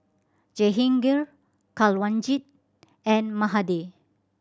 Jehangirr Kanwaljit and Mahade